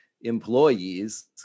employees